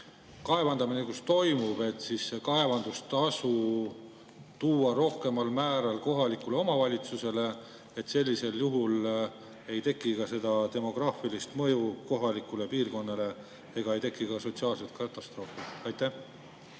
kaevandamine toimub, võiks kaevandustasu tuua rohkemal määral kasu kohalikule omavalitsusele? Sellisel juhul ei teki ka seda demograafilist mõju kohalikule piirkonnale ega teki ka sotsiaalset katastroofi. Aitäh!